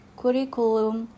curriculum